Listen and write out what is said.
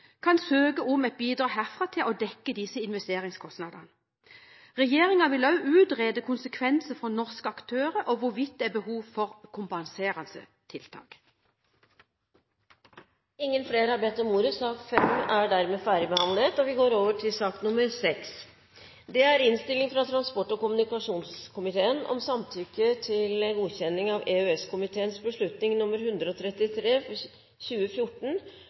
kan søke om et bidrag herfra til å dekke disse investeringskostnadene. Regjeringen vil også utrede konsekvenser for norske aktører og hvorvidt det er behov for kompenserende tiltak. Flere har ikke bedt om ordet til sak nr. 5. Ingen har bedt om ordet. Etter ønske fra transport- og kommunikasjonskomiteen vil presidenten foreslå at taletiden blir begrenset til 5 minutter til hver partigruppe og 5 minutter til medlem av